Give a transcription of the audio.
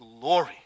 glory